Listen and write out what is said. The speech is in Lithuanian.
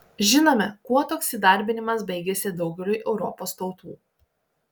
žinome kuo toks įdarbinimas baigėsi daugeliui europos tautų